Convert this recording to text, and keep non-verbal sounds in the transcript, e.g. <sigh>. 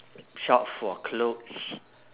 <noise> shop for clothes